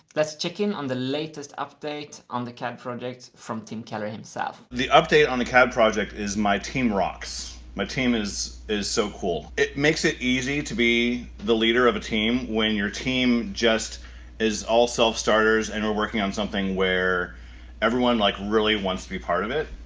let's check in on the latest update on the cad project from tim keller himself. tim the update on the cad project is my team rocks. my team is. is so cool. it makes it easy to be the leader of a team when your team just is all self-starters, and we're working on something where everyone, like, really wants to be part of it.